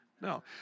No